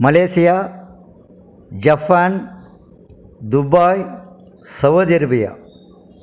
Malaysia Japan Dubai Saudi Arabia